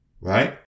right